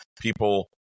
people